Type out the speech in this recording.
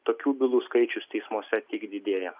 tokių bylų skaičius teismuose tik didėja